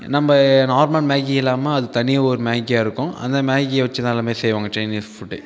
நம்ப normal Maggi இல்லாமல் அது தனி ஒரு மேகியாக இருக்கும் அந்த மேகியை வச்சுதான் எல்லாமே செய்வாங்க சைனீஸ் ஃபுட்